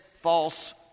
false